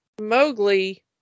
Mowgli